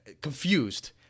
confused